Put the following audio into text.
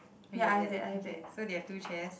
oh you have that okay so they have two chairs